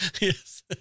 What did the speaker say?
Yes